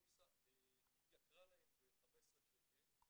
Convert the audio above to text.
הפוליסה התייקרה להם ב-15 שקל,